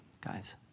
guys